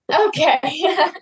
okay